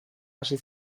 hasi